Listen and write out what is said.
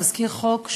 תזכיר חוק,